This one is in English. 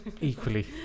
equally